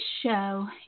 show